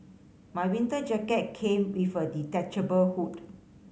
my winter jacket came with a detachable hood